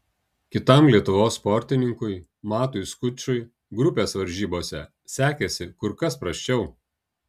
kitam lietuvos sportininkui matui skučui grupės varžybose sekėsi kur kas prasčiau